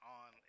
on